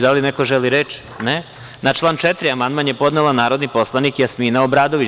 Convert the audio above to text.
Da li neko želi reč? (Ne) Na član 4. amandman je podnela narodni poslanik Jasmina Obradović.